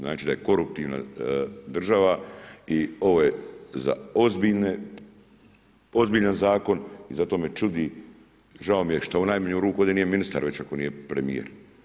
Znači, da je koruptivna država i ovo je ozbiljan Zakon i zato me čudi, žao mi je što u najmanju ruku ovdje nije ministar, već ako nije premijer.